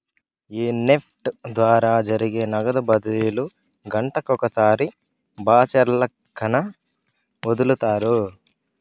ఈ నెఫ్ట్ ద్వారా జరిగే నగదు బదిలీలు గంటకొకసారి బాచల్లక్కన ఒదులుతారు